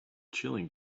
chilling